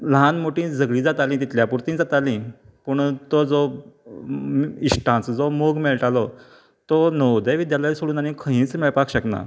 ल्हान मोठी झगडी जाताली तितल्या पुरती जाताली पूण तो जो इश्टांचो जो मोग मेळटालो तो नवोदय विद्द्यालय सोडून आनी खंयीच मेळपाक शकना